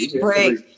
break